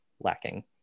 lacking